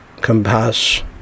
compass